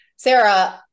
Sarah